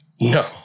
No